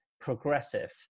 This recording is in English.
progressive